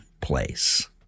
place